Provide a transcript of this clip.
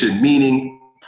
meaning